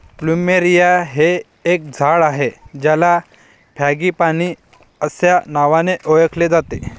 plumeria हे एक झाड आहे ज्याला फ्रँगीपानी अस्या नावानी ओळखले जाते